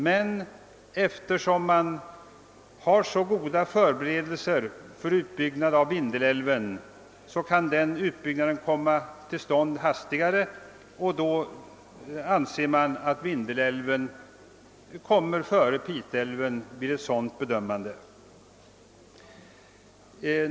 Men eftersom man gjort så goda förberedelser för utbyggnad av Vindelälven, kan den utbyggnaden snabbare komma till stånd, och vid en sådan bedömning anses Vindelälven böra byggas ut före Pite älv.